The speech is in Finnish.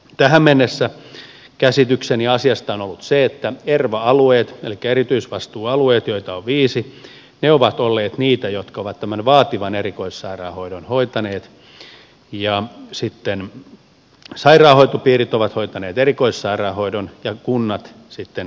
tähän mennessä käsitykseni asiasta on ollut se että erva alueet elikkä erityisvastuualueet joita on viisi ovat olleet niitä jotka ovat tämän vaativan erikoissairaanhoidon hoitaneet ja sitten sairaanhoitopiirit ovat hoitaneet erikoissairaanhoidon ja kunnat sitten itsenäisesti perusterveydenhuollon